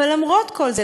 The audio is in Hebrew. אבל למרות כל זה,